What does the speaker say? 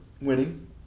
winning